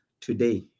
today